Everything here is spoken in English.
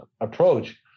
approach